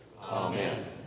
amen